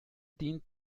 dient